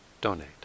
donate